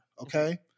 Okay